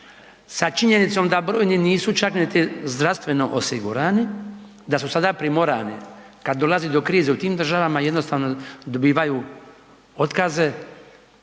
sa činjenicom da brojni nisu čak niti zdravstveno osigurani, da su sada primorani kada dolazi do krize u tim država, jednostavno dobivaju otkaze,